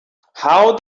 how